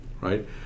right